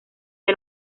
del